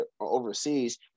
Overseas